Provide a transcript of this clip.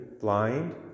blind